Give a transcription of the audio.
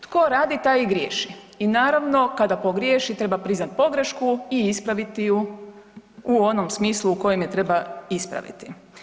Tko radi taj i griješi i naravno kada pogriješi treba priznat pogrešku i ispraviti ju u onom smislu u kojem je treba ispraviti.